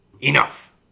Enough